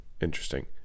interesting